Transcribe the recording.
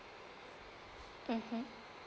mmhmm